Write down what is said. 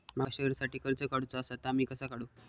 माका शेअरसाठी कर्ज काढूचा असा ता मी कसा काढू?